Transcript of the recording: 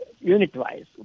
unit-wise